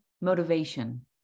motivation